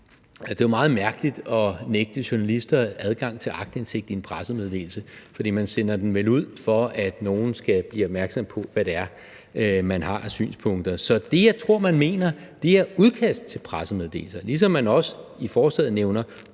er jo meget mærkeligt at nægte journalister adgang til aktindsigt i en pressemeddelelse, for man sender den vel ud, for at nogen skal blive opmærksom på, hvad det er, man har af synspunkter. Så det, jeg tror, man mener, er udkast til pressemeddelelser, ligesom man også i forslaget nævner